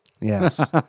Yes